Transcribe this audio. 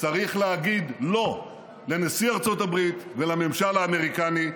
צריך להגיד לא לנשיא ארצות הברית ולממשל האמריקני,